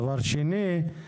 דבר שני,